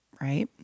Right